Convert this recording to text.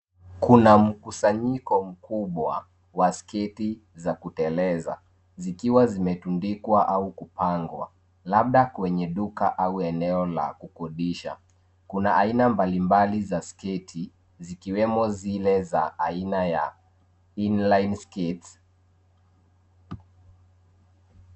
Kuna mkusanyiko mkubwa wa sketi za kuteleza zikiwa zimetundikwa au kupangwa labda kwenye duka au eneo la kukodisha. Kuna aina mbalimbali za sketi zikiwemo zile za aina ya inline skates .